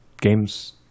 games